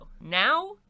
Now